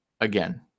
again